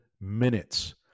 minutes